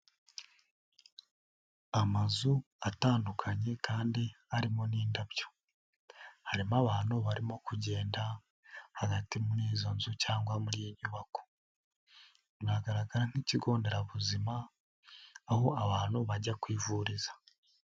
Amazu atandukanye kandi arimo n'indabyo, harimo abantu barimo kugenda hagati muri izo nzu cyangwa muri iyi nyubako, biragaragara nk'ikigo nderabuzima aho abantu bajya kwivuriza.